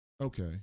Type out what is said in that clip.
Okay